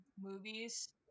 movies